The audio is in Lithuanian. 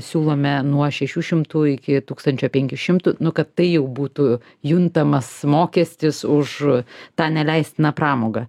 siūlome nuo šešių šimtų iki tūkstančio penkių šimtų nu kad tai jau būtų juntamas mokestis už tą neleistiną pramogą